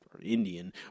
Indian